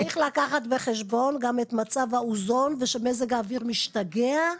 צריך לקחת בחשבון גם את מצב האוזון ושמזג האוויר משתגע.